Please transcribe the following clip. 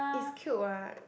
it's cute [what]